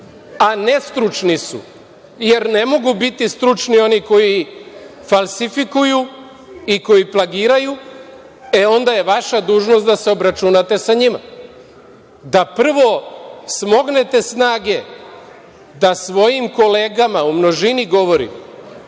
a nestručni su jer ne mogu biti stručni oni koji falsifikuju i koji plagiraju, e onda je vaša dužnost da se obračunate sa njima. Da prvo smognete snage da svojim kolegama, u množini govorim,